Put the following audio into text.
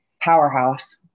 powerhouse